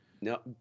no